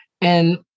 And-